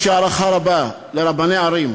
יש לי הערכה רבה לרבני ערים,